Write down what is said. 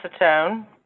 acetone